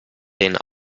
den